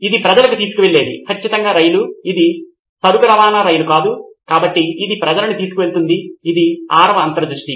ఇది ప్రజలను తీసుకువెళ్ళేది ఖచ్చితంగా రైలు ఇది సరుకు రవాణా రైలు కాదు ఎందుకంటే ఇది ప్రజలను తీసుకువెళుతుంది ఇది ఆరవ అంతర్దృష్టి